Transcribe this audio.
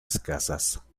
escasas